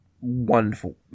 wonderful